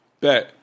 Back